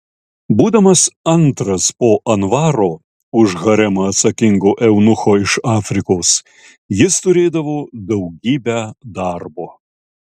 būdamas antras po anvaro už haremą atsakingo eunucho iš afrikos jis turėdavo daugybę darbo